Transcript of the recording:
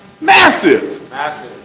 massive